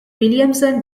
williamson